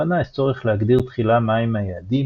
הצפנה יש צורך להגדיר תחילה מה הם היעדים,